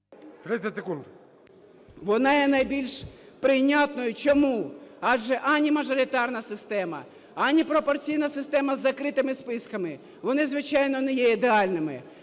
...вона є найбільш прийнятною. Чому? Адже ані мажоритарна система, ані пропорційна система з закритими списками, вони, звичайно, не є ідеальними.